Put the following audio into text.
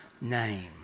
name